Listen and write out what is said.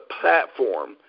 platform